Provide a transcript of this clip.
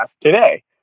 today